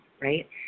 right